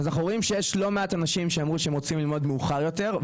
ואנחנו רואים שיש לא מעט אנשים שאמרו שהם רוצים ללמוד מאוחר יותר,